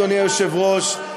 אדוני היושב-ראש,